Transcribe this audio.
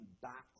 back